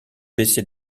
baisser